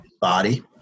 body